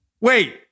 Wait